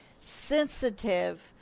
sensitive